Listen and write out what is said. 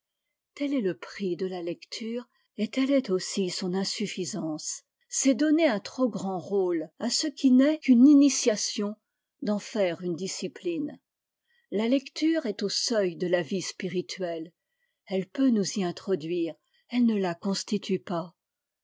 tel est le prix de la lecture et telle est aussi son insuffisance c'est donner un trop grand rôle à ce qui n'est qu'une initiation d'en faire une discipline la lecture est au seuil de la vie spirituelle elle peut nous y introduire elle ne la constitue pas